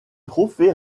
trophée